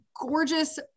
gorgeous